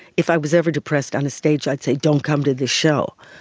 if i was ever depressed on a stage i'd say don't come to the show.